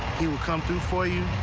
he would come through for you.